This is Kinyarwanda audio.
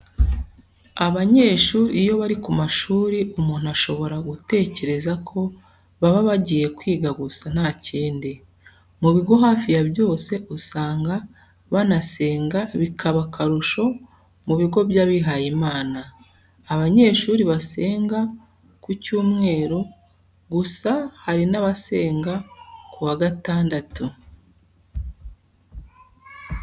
Abanyeshuri iyo bari ku mashuri, umuntu ashobora gutekereza ko baba bagiye kwiga gusa nta kindi. Mu bigo hafi ya byose usanga banasenga bikaba akarusho mu bigo by'abihayimana. Abenshi basenga ku cyumweru, gusa hari n'abasenga ku wa gatandatu.